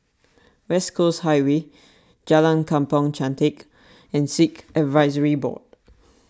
West Coast Highway Jalan Kampong Chantek and Sikh Advisory Board